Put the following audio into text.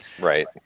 right